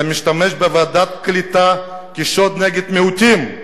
אתה משתמש בוועדת הקליטה כשוט נגד מיעוטים.